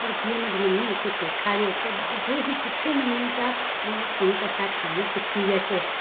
पर जीअं मुहिंजी मम्मी मूंखे सेखारियो त ॾाढो ई सुठे नमूने सां मां हू कड़ों प्रसाद ठाहिण सिखी वियसि